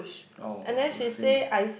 oh so same ah